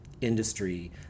industry